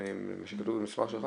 מה שאני --- מהמסמך שלך,